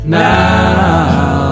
now